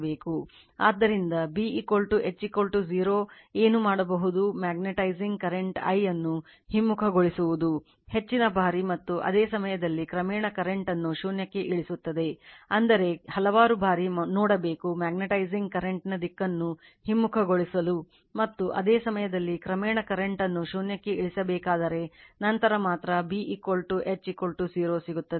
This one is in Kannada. ಆದ್ದರಿಂದ B H 0 ಆದಾಗ ಏನು ಮಾಡಬಹುದು ಮ್ಯಾಗ್ನೆಟೈಸಿಂಗ್ ಕರೆಂಟ್ I ಅನ್ನು ಹಿಮ್ಮುಖಗೊಳಿಸುವುದು ಹೆಚ್ಚಿನ ಬಾರಿ ಮತ್ತು ಅದೇ ಸಮಯದಲ್ಲಿ ಕ್ರಮೇಣ ಕರೆಂಟ್ ಅನ್ನು ಶೂನ್ಯಕ್ಕೆ ಇಳಿಸುತ್ತದೆ ಅಂದರೆ ಹಲವಾರು ಬಾರಿ ನೋಡಬೇಕು ಮ್ಯಾಗ್ನೆಟೈಸಿಂಗ್ ಕರೆಂಟ್ ನ ದಿಕ್ಕನ್ನು ಹಿಮ್ಮುಖಗೊಳಿಸಲು ಮತ್ತು ಅದೇ ಸಮಯದಲ್ಲಿ ಕ್ರಮೇಣ ಕರೆಂಟ್ ಅನ್ನು ಶೂನ್ಯಕ್ಕೆ ಇಳಿಸಬೇಕಾದರೆ ನಂತರ ಮಾತ್ರ B H 0 ಸಿಗುತ್ತದೆ